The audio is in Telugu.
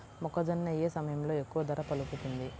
మొక్కజొన్న ఏ సమయంలో ఎక్కువ ధర పలుకుతుంది?